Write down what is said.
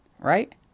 Right